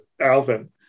alvin